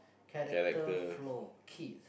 character flaw Kith